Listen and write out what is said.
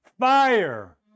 Fire